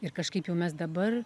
ir kažkaip jau mes dabar